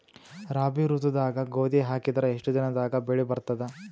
ರಾಬಿ ಋತುದಾಗ ಗೋಧಿ ಹಾಕಿದರ ಎಷ್ಟ ದಿನದಾಗ ಬೆಳಿ ಬರತದ?